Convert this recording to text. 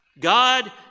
God